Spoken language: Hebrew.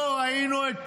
לא ראינו את פניך,